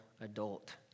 adult